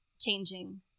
changing